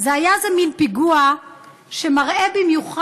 זה היה איזה מין פיגוע שמראה במיוחד